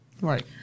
Right